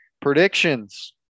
Predictions